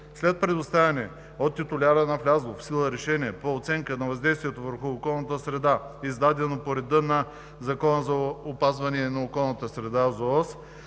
след предоставяне от титуляря на влязло в сила решение по оценка на въздействието върху околната среда (ОВОС), издадено по реда на Закона за опазване на околната среда (ЗООС),